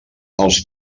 els